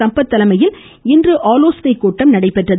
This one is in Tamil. சம்பத் தலைமையில் இன்று ஆலோசனைக்கூட்டம் நடைபெற்றது